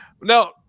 no